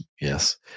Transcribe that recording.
Yes